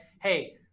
hey